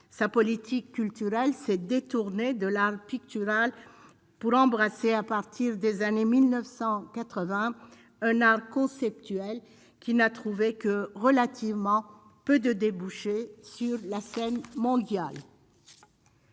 sa politique culturelle se détourner de l'art pictural pour embrasser à partir des années 1980 un art conceptuel qui n'a trouvé que relativement peu de débouchés sur la scène mondiale.